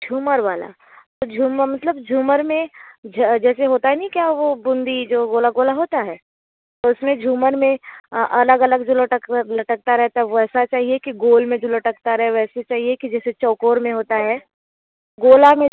झूमर वाला तो मतलब झूमर में जैसे होता नई क्या वो बूंदी जो गोला गोला होता है तो उसमें झूमर में अलग अलग जो लटकता रहता है वैसा चाहिए कि गोल में जो लटकता रहे वैसे चाहिए कि जैसे चौकोर में होता है गोला में